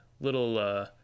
little